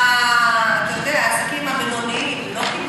העסקים הבינוניים לא קיבלו?